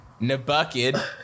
nabucket